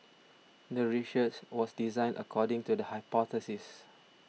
the research was designed according to the hypothesis